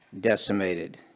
decimated